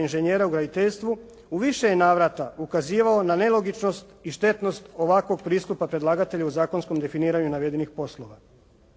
inženjera u graditeljstvu, u više je navrata ukazivao na nelogičnost i štetnost ovakvog pristupa predlagatelja u zakonskom definiranju navedenih poslova.